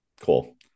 Cool